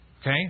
Okay